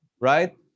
right